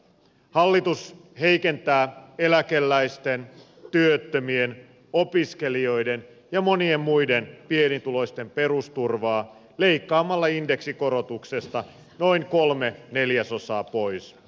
hallitus heikentää eläkeläisten työttömien opiskelijoiden ja monien muiden pienituloisten perusturvaa leikkaamalla indeksikorotuksesta noin kolme neljäsosaa pois